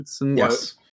yes